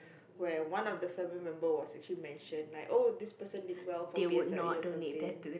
where one of the family member was actually mentioned like oh this person did well for P_S_L_E or something